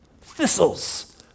thistles